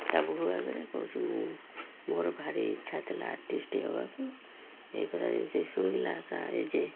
ତା' ବୋଉ ଆଗରେ କହୁଛି ମୁଁ ମୋର ଭାରି ଇଚ୍ଛା ଥିଲା ଆର୍ଟିଷ୍ଟ ହବାକୁ ଏଇ କଥା ଏଜେ ଶୁଣିଲା ତା' ଏଜେ